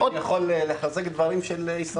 אני יכול לחזק את הדברים של ישראל?